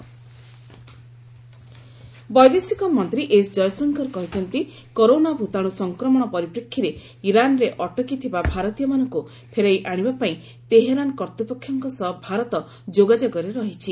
Jaishankar fisherman ବୈଦେଶିକ ମନ୍ତ୍ରୀ S Jaishankar କହିଛନ୍ତି କରୋନା ଭୂତାଣୁ ସଂକ୍ରମଣ ପରିପ୍ରେକ୍ଷୀରେ ଇରାନ୍ରେ ଅଟକିଥିବା ଭାରତୀୟମାନଙ୍କୁ ଫେରାଇ ଆଣିବାପାଇଁ ତେହେରାନ୍ କର୍ତ୍ତ୍ୱପକ୍ଷଙ୍କ ସହ ଭାରତ ଯୋଗାଯୋଗରେ ରହିଛି